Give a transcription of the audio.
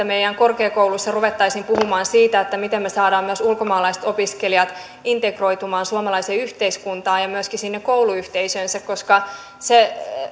meidän korkeakouluissamme ruvettaisiin puhumaan siitä miten me saisimme myös ulkomaalaiset opiskelijat integroitumaan suomalaiseen yhteiskuntaan ja myöskin sinne kouluyhteisöönsä koska se